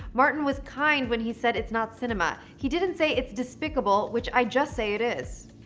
martin was kind when he said it's not cinema. he didn't say it's despicable, which i just say it is.